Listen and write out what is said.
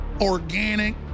organic